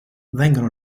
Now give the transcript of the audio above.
vengono